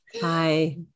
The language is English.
Hi